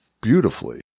beautifully